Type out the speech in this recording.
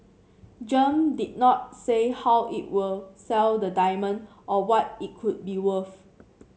Gem did not say how it will sell the diamond or what it could be worth